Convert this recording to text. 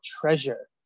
treasure